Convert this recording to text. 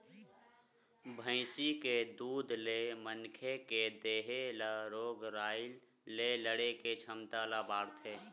भइसी के दूद ले मनखे के देहे ल रोग राई ले लड़े के छमता ह बाड़थे